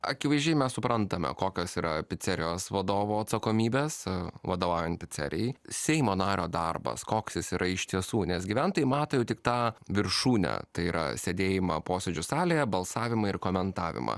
akivaizdžiai mes suprantame kokios yra picerijos vadovo atsakomybe sau vadovaujant picerijai seimo nario darbas koks jis yra iš tiesų nes gyventojai mato tik tą viršūnę tai yra sėdėjimą posėdžių salėje balsavimą ir komentavimą